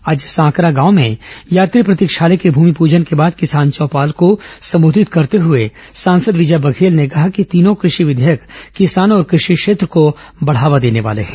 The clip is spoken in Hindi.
आज सांकरा गाँव में यात्री प्रतिक्षालय के भूमिपूजन के बाद किसान चौपाल को संबोधित करते हुए सांसद विजय बघेल ने कहा कि तीनों कृषि विधेयक किसानों और कृषि क्षेत्र को बढ़ावा देने वाले हैं